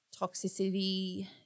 toxicity